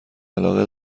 علاقه